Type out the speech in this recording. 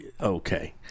Okay